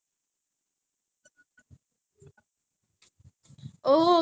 ya my friend also then we were talking